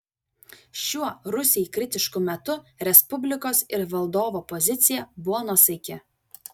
šiuo rusijai kritišku metu respublikos ir valdovo pozicija buvo nuosaiki